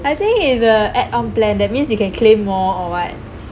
I think is a add-on plan that means you can claim more or what